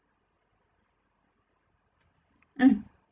hmm